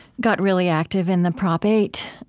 got really active in the prop eight